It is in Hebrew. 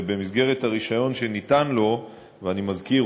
ובמסגרת הרישיון שניתן לו ואני מזכיר,